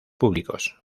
públicos